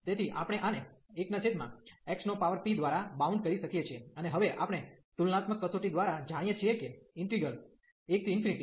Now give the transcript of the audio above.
તેથી આપણે આને 1xp દ્વારા બાઉન્ડ કરી શકીએ છીએ અને હવે આપણે તુલનાત્મક કસોટી દ્વારા જાણીએ છીએ કે ઈન્ટિગ્રલ integral 11xpdx